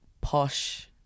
posh